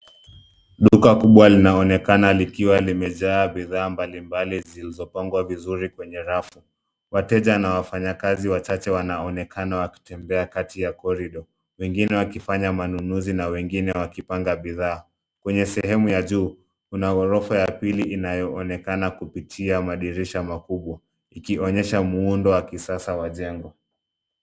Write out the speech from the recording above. Duka kubwa linaonekana likiwa limejaa bidhaa mbali mbali zilizopangwa vizuri kwenye rafu. Wateja na wafanyakazi wachache wanaonekana wakitembea kati ya corridor , wengine wakifanya manunuzi na wengine wakipanga bidhaa. Kwenye sehemu ya juu, kuna ghorofa ya pili inayoonekana kupitia madirisha makubwa, ikionyesha muundo wa kisasa wa jengo.